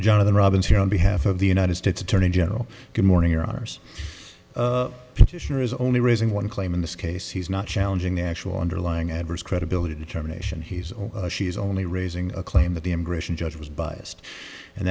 jonathan robbins here on behalf of the united states attorney general good morning your honour's petitioner is only raising one claim in this case he's not challenging the actual underlying adverse credibility determination he's or she is only raising a claim that the immigration judge was biased and